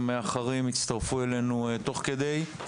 לזמן והמאחרים יצטרפו אלינו תוך כדי.